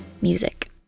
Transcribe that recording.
Music